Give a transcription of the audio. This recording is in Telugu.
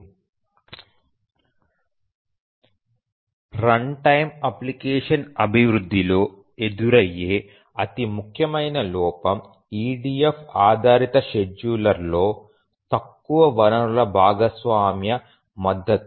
Refer Slide Time 553 real time application అభివృద్ధిలో ఎదురయ్యే అతి ముఖ్యమైన లోపం EDF ఆధారిత షెడ్యూలర్లో తక్కువ వనరుల భాగస్వామ్య మద్దతు